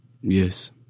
Yes